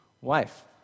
wife